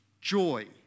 joy